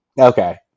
Okay